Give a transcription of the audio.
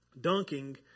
Dunking